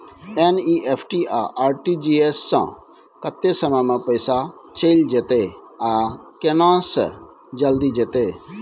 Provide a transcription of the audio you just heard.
NEFT आ RTGS स कत्ते समय म पैसा चैल जेतै आ केना से जल्दी जेतै?